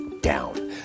down